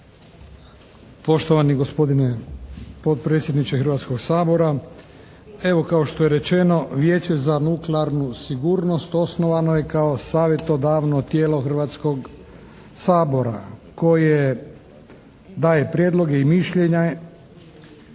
Poštovano gospodine potpredsjedniče Hrvatskog sabora evo kao što je rečeno Vijeće za nuklearnu sigurnost osnovano je kao savjetodavno tijelo Hrvatskog sabora koje daje prijedloge i mišljenje